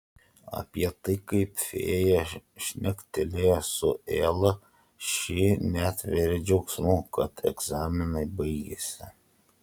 apie tai kaip fėja šnektelėjo su ela ši netveria džiaugsmu kad egzaminai baigėsi